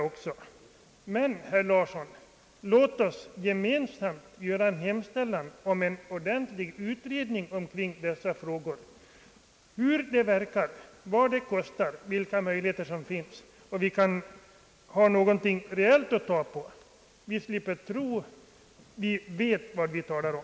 Låt oss, herr Larsson, göra en gemensam hemställan om en ordentlig utredning av dessa frågor — hur det verkar, vad det kostar, vilka möjligheter som finns. Då har vi någonting reellt att ta fasta på, så att vi vet vad vi talar om.